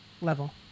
level